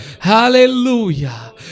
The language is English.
Hallelujah